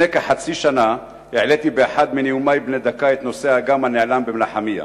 לפני כחצי שנה העליתי באחד מנאומי בני דקה את נושא האגם הנעלם במנחמיה,